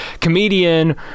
comedian